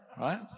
right